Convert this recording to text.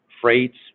freights